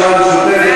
הרשימה המשותפת,